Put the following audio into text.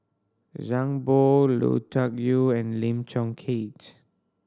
Zhang Bohe Lui Tuck Yew and Lim Chong Keat